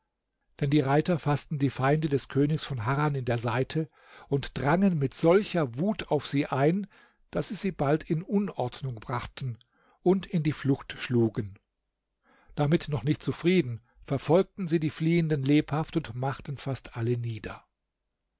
denn die reiter faßten die feinde des königs von harran in der seite und drangen mit solcher wut auf sie ein daß sie sie bald in unordnung brachten und in die flucht schlugen damit noch nicht zufrieden verfolgten sie die fliehenden lebhaft und machten fast alle nieder